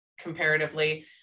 comparatively